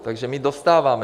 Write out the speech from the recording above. Takže my dostáváme.